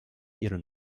ihre